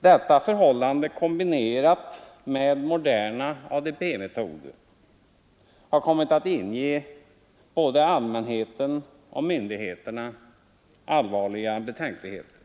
Detta förhållande, kombinerat med moderna ADB-metoder, har kommit att inge både allmänheten och myndigheterna allvarliga betänkligheter.